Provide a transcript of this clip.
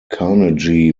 carnegie